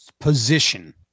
position